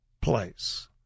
place